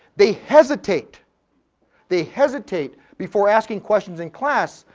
they hesitate they hesitate before asking questions in class,